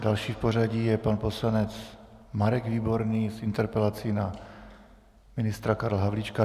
Další v pořadí je pan poslanec Marek Výborný s interpelací na ministra Karla Havlíčka.